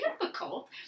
difficult